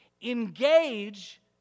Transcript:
Engage